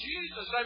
Jesus